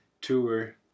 tour